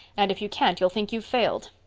and if you can't you'll think you've failed.